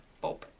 Bob